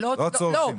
לא צורכים.